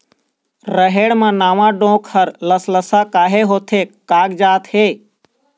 रहेड़ म नावा डोंक हर लसलसा काहे होथे कागजात हे?